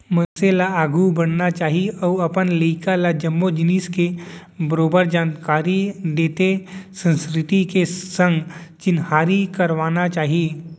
मनसे ल आघू बढ़ना चाही अउ अपन लइका ल जम्मो जिनिस के बरोबर जानकारी देत संस्कृति के संग चिन्हारी करवाना चाही